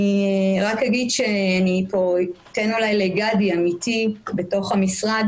אני אולי אתן פה לגדי עמיתי בתוך המשרד